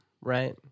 right